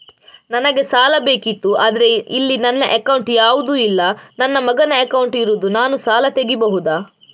ನನಗೆ ಸಾಲ ಬೇಕಿತ್ತು ಆದ್ರೆ ಇಲ್ಲಿ ನನ್ನ ಅಕೌಂಟ್ ಯಾವುದು ಇಲ್ಲ, ನನ್ನ ಮಗನ ಅಕೌಂಟ್ ಇರುದು, ನಾನು ಸಾಲ ತೆಗಿಬಹುದಾ?